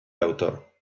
autor